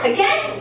Again